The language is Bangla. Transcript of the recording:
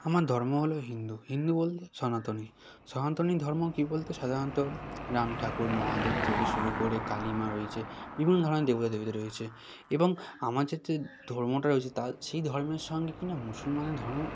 আমার ধর্ম হলো হিন্দু হিন্দু বলতে সনাতনী সনাতনী ধর্ম কী বলতে সাধারণত রাম ঠাকুর মহাদেব থেকে শুরু করে কালীমা রয়েছে বিভিন্ন ধরনের দেবতা রয়েছে এবং আমার যেতে ধর্মটা রয়েছে তার সেই ধর্মের সঙ্গে কি না মুসলমানের ধর্মের